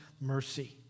mercy